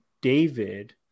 David